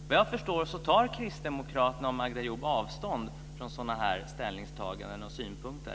Vad jag förstår tar kristdemokraterna och Magda Ayoub avstånd från sådana här ställningstaganden och synpunkter.